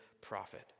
prophet